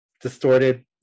distorted